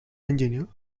engineer